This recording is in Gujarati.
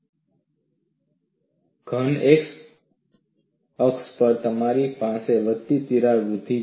ધન x અક્ષ પર તમારી પાસે વધતી તિરાડ વૃદ્ધિ છે